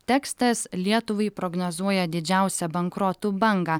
tekstas lietuvai prognozuoja didžiausią bankrotų bangą